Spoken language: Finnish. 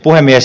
puhemies